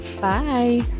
Bye